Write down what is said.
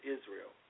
Israel